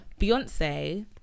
Beyonce